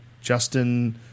Justin